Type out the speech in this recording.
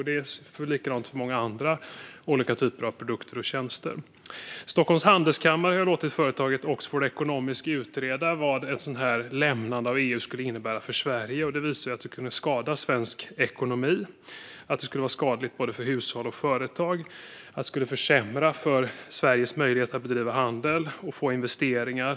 Det är likadant för många andra typer av produkter och tjänster. Stockholms Handelskammare har låtit företaget Oxford Economics utreda vad det skulle innebära för Sverige att lämna EU, och det visade sig att det skulle kunna skada svensk ekonomi. Det skulle vara skadligt både för hushåll och för företag, och det skulle försämra för Sveriges möjligheter att bedriva handel och få investeringar.